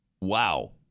Wow